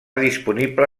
disponible